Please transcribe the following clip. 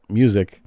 music